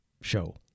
show